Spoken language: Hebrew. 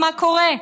מה קורה?